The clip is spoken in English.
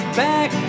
back